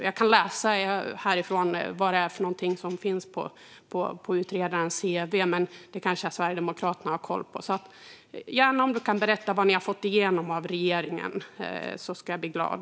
Jag kan läsa här vad som finns på utredarens cv, men det kanske Sverigedemokraterna har koll på. Men om jag fick höra vad ni har fått igenom av regeringen skulle jag bli glad.